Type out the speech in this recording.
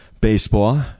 baseball